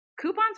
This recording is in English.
Coupons